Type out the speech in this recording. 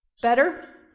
Better